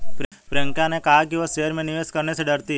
प्रियंका ने कहा कि वह शेयर में निवेश करने से डरती है